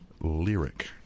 Lyric